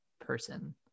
person